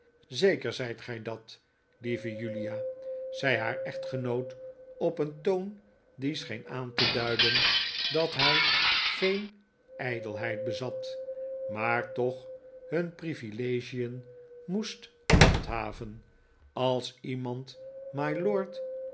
zeker zijt gij dat lieve julia zei haar echtgenoot op een toon die scheen aan te duiden dat hij geen ijdelheid bezat maar toch hun privilegien moest handhaven als iemand my